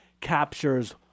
captures